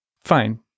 Fine